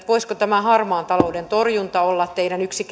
voisiko tämä harmaan talouden torjunta olla yksi